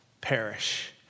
perish